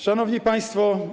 Szanowni Państwo!